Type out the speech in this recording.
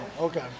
okay